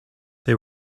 they